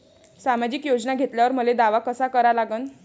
सामाजिक योजना घेतल्यावर मले दावा कसा करा लागन?